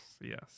Yes